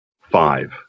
Five